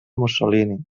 mussolini